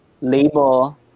label